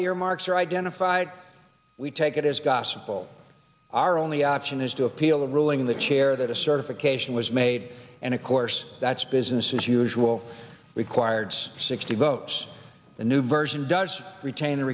the earmarks are identified we take it as gospel our only option is to appeal the ruling in the chair that a certification was made and of course that's business as usual required sixty votes the new version does retain